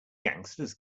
gangsters